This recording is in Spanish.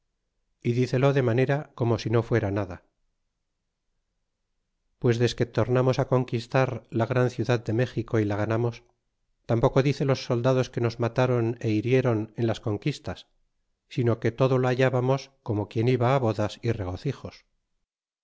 é dicelo de manera como si no fuera nada pues desque tornamos a conquistar la gran ciudad de méxico y la ganamos tampoco dice los soldados que nos matron y hirieron en las conquistas sino que todo lo hallábamos como quien va bodas y regocijos